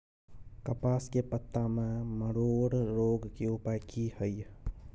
कपास के पत्ता में मरोड़ रोग के उपाय की हय?